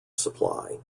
supply